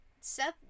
Seth